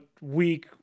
weak